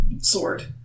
sword